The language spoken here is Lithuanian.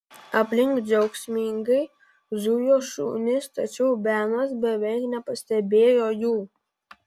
aplink džiaugsmingai zujo šunys tačiau benas beveik nepastebėjo jų